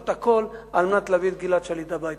הכול כדי להביא את גלעד שליט הביתה.